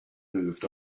moved